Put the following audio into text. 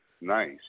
nice